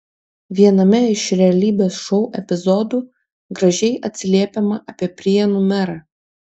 viename iš realybės šou epizodų gražiai atsiliepiama apie prienų merą